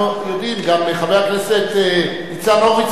ויש בזה היגיון,